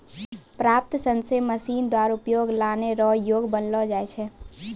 प्राप्त सन से मशीन द्वारा उपयोग लानै रो योग्य बनालो जाय छै